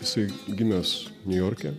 jisai gimęs niujorke